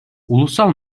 ulusal